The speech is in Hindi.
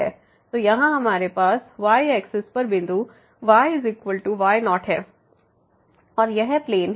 तो यहाँ हमारे पास y एक्सिस पर बिंदु yy0है और यह प्लेन है